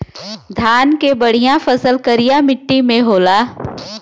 धान के बढ़िया फसल करिया मट्टी में होला